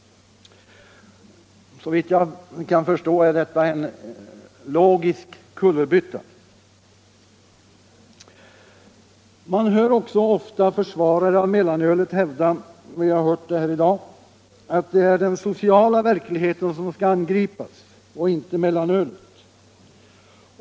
Såvitt jag kan förstå är detta en logisk kullerbytta. Man hör också ofta försvarare av mellanölet hävda — vi har hört det här i dag — att det är den sociala verkligheten som skall angripas och inte mellanölet.